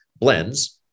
blends